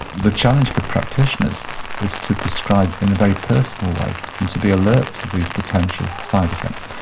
the challenge for practitioners is to prescribe in a very personal way and to be alert to these potential side effects.